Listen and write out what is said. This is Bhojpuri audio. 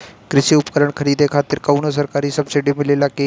कृषी उपकरण खरीदे खातिर कउनो सरकारी सब्सीडी मिलेला की?